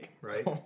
right